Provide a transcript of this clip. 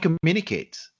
communicate